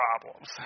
problems